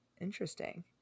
Interesting